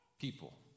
people